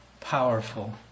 powerful